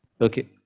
okay